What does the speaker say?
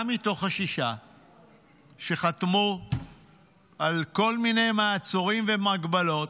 גם מתוך השישה שחתמו על כל מיני מעצורים והגבלות,